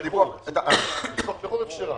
את הדיווח היא אפשרה.